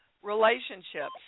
relationships